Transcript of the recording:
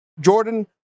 Jordan